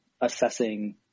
assessing